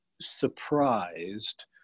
surprised